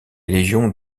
légions